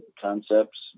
concepts